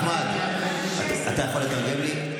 אחמד, אתה יכול לתרגם לי?